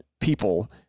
people